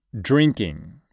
drinking